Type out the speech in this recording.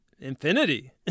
Infinity